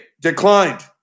declined